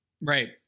Right